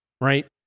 right